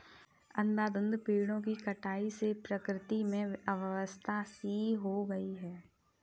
अंधाधुंध पेड़ों की कटाई से प्रकृति में अव्यवस्था सी हो गई है